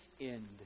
end